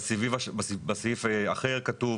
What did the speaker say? בסעיף אחר כתוב: